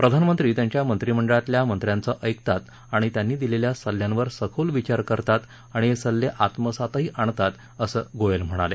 प्रधानमंत्री त्यांच्या मंत्रीमंडळातल्या मंत्र्याचं ऐकतात आणि त्यांनी दिलेल्या सल्ल्यांवर सखोल विचार करतात आणि हे सल्ले आत्मसातही करतात असं गोयल म्हणाले